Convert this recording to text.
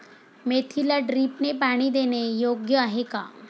मेथीला ड्रिपने पाणी देणे योग्य आहे का?